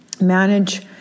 manage